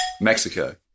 Mexico